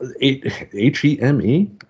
H-E-M-E